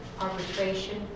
arbitration